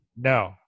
No